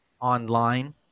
online